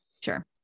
sure